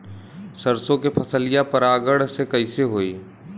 सरसो के फसलिया परागण से कईसे होई?